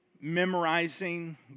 memorizing